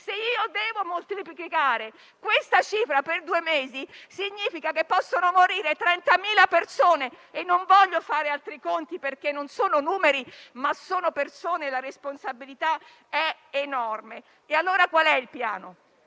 Se devo moltiplicare questa cifra per due mesi, significa che possono morire 30.000 persone. E non voglio fare altri conti, perché non sono numeri, ma sono persone e la responsabilità è enorme. Qual è il piano,